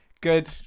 Good